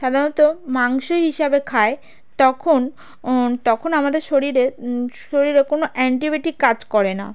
সাধারণত মাংস হিসাবে খায় তখন তখন আমাদের শরীরে শরীরে কোনো অ্যান্টিবায়োটিক কাজ করে না